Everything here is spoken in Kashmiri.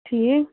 ٹھیٖک